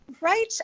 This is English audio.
right